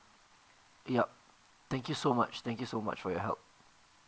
yup thank you so much thank you so much for your help